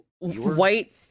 white